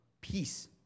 peace